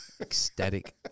Ecstatic